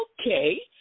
okay